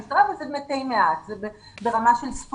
זאת המשטרה אבל זה ברמה של מסגרות